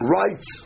rights